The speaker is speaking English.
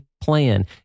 plan